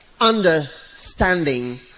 understanding